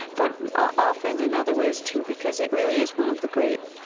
but often in other ways, too, because it really is one of the great,